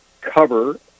cover